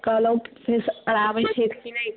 कहलहुँ कि सर आबैत छथि कि नहि